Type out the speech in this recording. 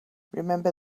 remember